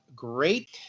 Great